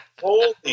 holy